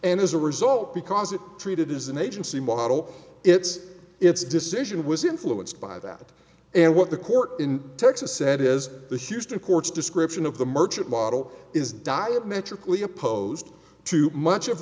and as a result because it treated as an agency model it's its decision was influenced by that and what the court in texas said is the houston courts description of the merchant model is diametrically opposed to much of